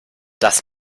das